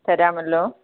തരാമല്ലോ